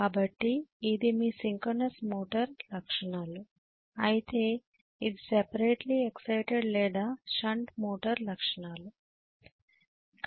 కాబట్టి ఇది మీ సింక్రోనస్ మోటారు లక్షణాలు అయితే ఇది సెపరేట్లీ ఎక్సైటెడ్ లేదా షంట్ మోటర్ లక్షణాలను